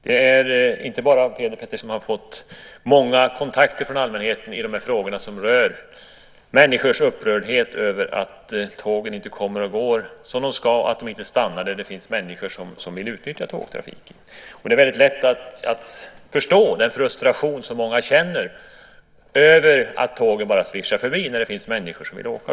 Fru talman! Det är inte bara Peter Pedersen och Lars-Ivar Ericson som många gånger kontaktats av allmänheten i de här frågorna, som rör människors upprördhet över att tågen inte kommer och går som de ska eller inte stannar där det finns människor som vill utnyttja tågtrafiken. Det är väldigt lätt att förstå den frustration som många känner över att tågen bara svischar förbi där det finns människor som vill åka.